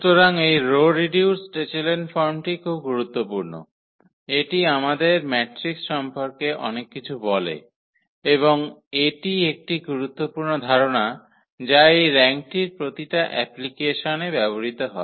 সুতরাং এই row reduced echelon ফর্মটি খুব গুরুত্বপূর্ণ এটি আমাদের ম্যাট্রিক্স সম্পর্কে অনেক কিছু বলে এবং এটি একটি গুরুত্বপূর্ণ ধারণা যা এই র্যাঙ্কটির প্রতিটা অ্যাপ্লিকেশনে ব্যবহৃত হয়